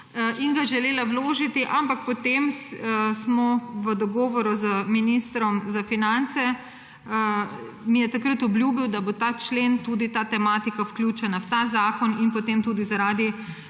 in ga želela vložiti, ampak potem smo v dogovoru z ministrom za finance, ki mi je takrat obljubil, da bo ta člen, tudi ta tematika vključena v ta zakon, in potem tudi zaradi